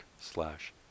slash